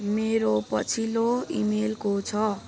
मेरो पछिल्लो इमेल को छ